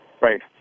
Right